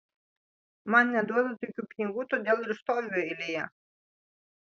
man neduoda tokių pinigų todėl ir stoviu eilėje